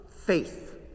faith